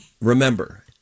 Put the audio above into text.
Remember